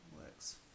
works